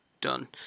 done